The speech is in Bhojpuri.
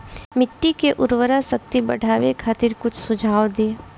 मिट्टी के उर्वरा शक्ति बढ़ावे खातिर कुछ सुझाव दी?